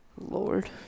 Lord